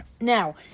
Now